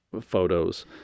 photos